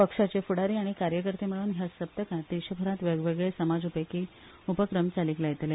पक्षाचे फ्डारी आनी कार्यकर्ते मेळून हया सप्तकांत देशभरांत वेगवेगळे समाजउपेगी उपक्रम चालीक लायतले